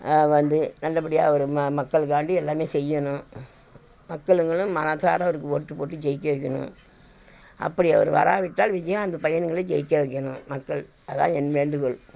வந்து நல்லபடியாக அவர் மக்களுக்காண்டி எல்லாம் செய்யணும் மக்கள்ங்களும் மனசார அவருக்கு ஓட்டு போட்டு ஜெயிக்க வைக்கணும் அப்படி அவர் வராவிட்டால் விஜயகாந்த் பையன்களை ஜெயிக்க வைக்கணும் மக்கள் அதான் என் வேண்டுகோள்